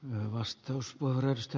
herra puhemies